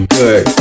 good